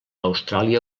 austràlia